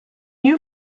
you